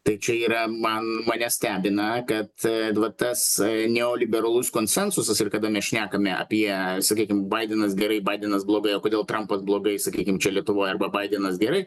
tai čia yra man mane stebina kad va tas neoliberalus konsensusas ir kada mes šnekame apie sakykim baidenas gerai baidenas blogai o kodėl trampas blogai sakykim čia lietuvoj arba baidenas gerai